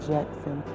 Jackson